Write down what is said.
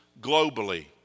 globally